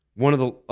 one of the